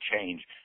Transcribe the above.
change